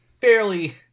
fairly